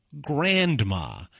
grandma